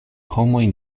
homoj